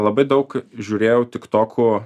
labai daug žiūrėjau tiktokų